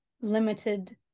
limited